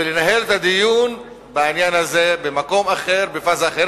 ולנהל את הדיון בעניין הזה במקום אחר, בפאזה אחרת.